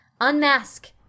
Unmask